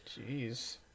Jeez